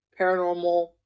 paranormal